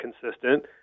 consistent